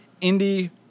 Indy